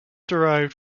derived